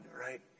right